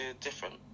different